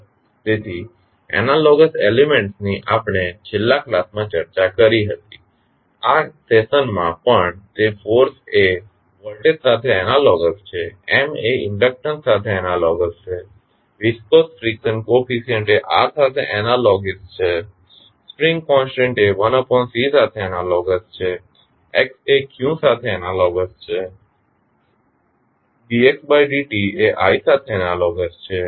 તેથી એનાલોગસ એલીમેન્ટ્સની આપણે છેલ્લા ક્લાસમાં ચર્ચા કરી હતી અને આ સેશનમાં પણ તે ફોર્સ એ વોલ્ટેજ સાથે એનાલોગસ છે M એ ઇન્ડક્ટન્સ સાથે એનાલોગસ છે વીસ્કોસ ફ્રીકશન કોફીશિયંટ એ R સાથે એનાલોગસ છે સ્પ્રિંગ કોનસ્ટંટ એ 1C સાથે એનાલોગસ છે x એ q સાથે એનાલોગસ છે dxdt એ i સાથે એનાલોગસ છે